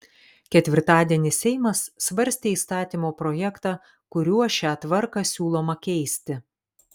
ketvirtadienį seimas svarstė įstatymo projektą kuriuo šią tvarką siūloma keisti